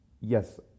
yes